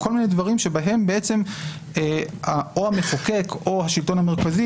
בכל מיני דברים המחוקק או השלטון המרכזי